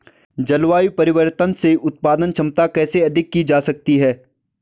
जलवायु परिवर्तन से उत्पादन क्षमता कैसे अधिक की जा सकती है?